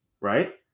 right